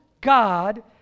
God